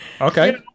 Okay